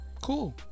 cool